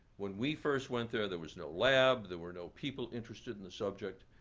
when we first went there, there was no lab. there were no people interested in the subject.